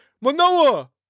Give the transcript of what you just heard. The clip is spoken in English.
Manoa